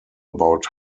about